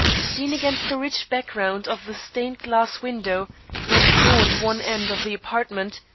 seen against the rich background of the stained-glass window that adorned one end of the apartment,